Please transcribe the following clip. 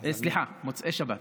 סליחה, מוצאי שבת.